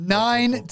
nine